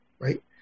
right